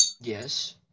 Yes